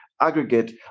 aggregate